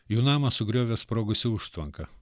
jų namą sugriovė sprogusi užtvanka